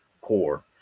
core